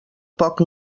poc